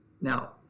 Now